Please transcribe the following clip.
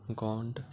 Gond